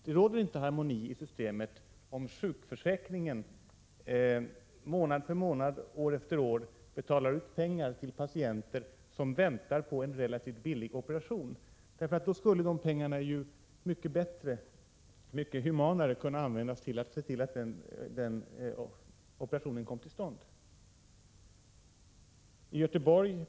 Det råder inte harmoni i systemet, om sjukförsäkringen månad för månad, år efter år betalar ut pengar till patienter som väntar på en relativt billig operation. Då skulle ju de pengarna mycket bättre och mera humant kunna användas för att se till att fler operationer kom till stånd.